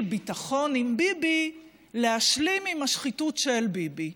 ביטחון עם ביבי להשלים עם השחיתות של ביבי.